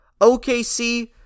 okc